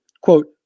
quote